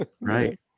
Right